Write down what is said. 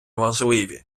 важливі